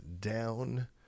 down